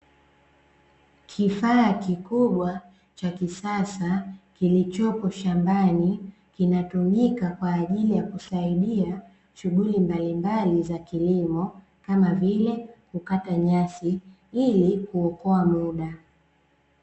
Kifaa kikubwa cha kisasa kilichopo shambani kinatumika kwa ajili ya kusaidia shughuli mbalimbali za kilimo, kama vile kukata nyasi, ili kuokoa muda.